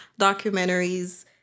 documentaries